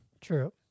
True